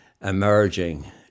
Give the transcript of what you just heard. emerging